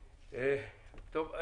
טוב.